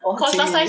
他请你